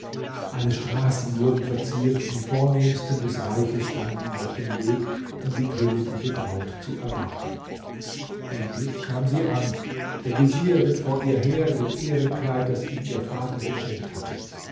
alle straßen wurden verziert und die vornehmsten des reichs standen auf dem weg um die königliche braut zu erwarten endlich kam sie an der vezier ritt vor ihr her in dem ehrenkleid das ihm ihr vater geschenkt hatte